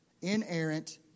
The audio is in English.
inerrant